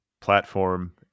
platform